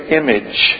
image